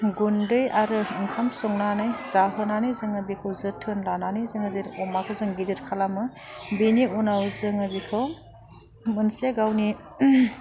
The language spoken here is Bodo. गुन्दै आरो ओंखाम संनानै जाहोनानै जोङो बेखौ जोथोन लानानै जोङो जेरै अमाखौ जों गिदिर खालामो बिनि उनाव जोङो बिखौ मोनसे गावनि